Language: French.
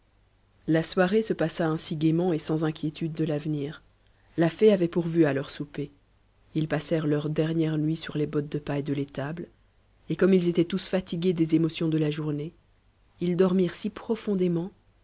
la soirée se passa ainsi gaiement et sans inquiétude de l'avenir la fée avait pourvu à leur souper ils passèrent leur dernière nuit sur les bottes de paille de l'étable et comme ils étaient tous fatigués des émotions de la journée ils dormirent si profondément